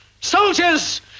Soldiers